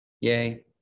yay